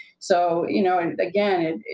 so, you know. and again,